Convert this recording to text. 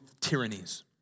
tyrannies